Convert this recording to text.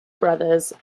brothers